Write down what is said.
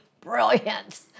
brilliant